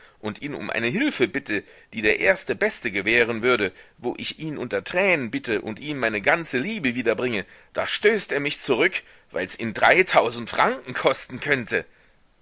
und ihn um eine hilfe bitte die der erste beste gewähren würde wo ich ihn unter tränen bitte und ihm meine ganze liebe wiederbringe da stößt er mich zurück weils ihn dreitausend franken kosten könnte